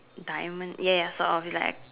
diamond ya ya sort of it's like